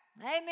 Amen